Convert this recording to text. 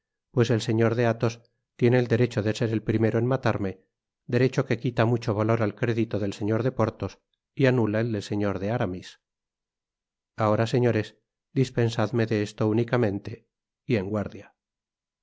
pues el señor de athos tiene el derecho de ser el primero en matarme derecho que quita mucho valor al crédito del señor de porthos y anula el del señor de aramis ahora señores dispensadme de esto únicamente y en guardia